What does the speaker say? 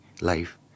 life